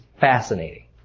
fascinating